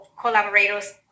collaborators